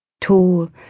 Tall